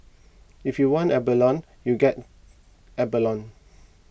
if you want abalone you get abalone